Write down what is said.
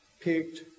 picked